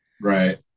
right